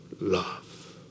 love